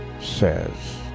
says